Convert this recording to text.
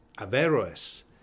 Averroes